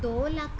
ਦੋ ਲੱਖ